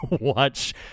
watch